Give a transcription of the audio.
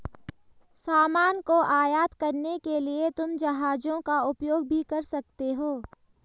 सामान को आयात करने के लिए तुम जहाजों का उपयोग भी कर सकते हो